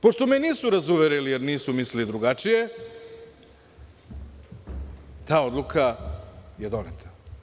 Pošto me nisu razuverili jer nisu mislili drugačije ta odluka je doneta.